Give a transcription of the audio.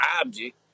object